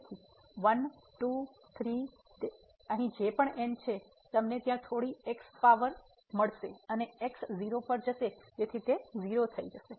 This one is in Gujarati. તેથી 1 2 3 તેથી અહીં જે પણ n છે તમને ત્યાં થોડી x પાવર મળશે અને x 0 પર જશે તે 0 થઈ જશે